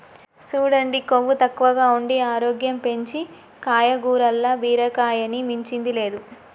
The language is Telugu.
సూడండి కొవ్వు తక్కువగా ఉండి ఆరోగ్యం పెంచీ కాయగూరల్ల బీరకాయని మించింది లేదు